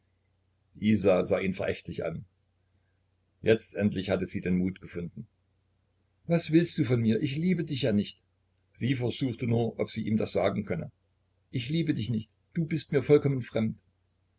isa sah ihn verächtlich an jetzt endlich hatte sie den mut gefunden was willst du von mir ich liebe dich ja nicht sie versuchte nur ob sie ihm das sagen könne ich liebe dich nicht du bist mir vollkommen fremd